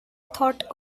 thought